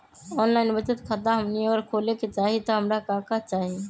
Online बचत खाता हमनी अगर खोले के चाहि त हमरा का का चाहि?